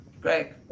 Great